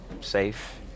safe